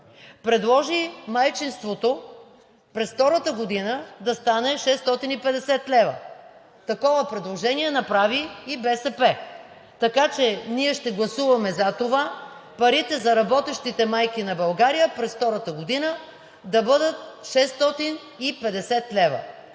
предложи майчинството през втората година да стане 650 лв. Такова предложение направи и БСП. Така че ние ще гласуваме за това парите за работещите майки на България през втората година да бъдат 650 лв.